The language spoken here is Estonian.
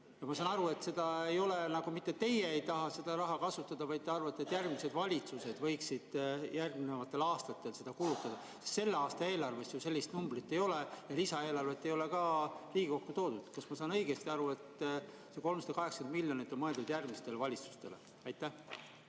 Ma saan aru, et nagu mitte teie ei taha seda raha kasutada, vaid te arvate, et järgmised valitsused võiksid järgnevatel aastatel seda kulutada. Selle aasta eelarves ju sellist numbrit ei ole ja lisaeelarvet ei ole ka Riigikokku toodud. Kas ma saan õigesti aru, et see 380 miljonit on mõeldud järgmistele valitsustele? Austatud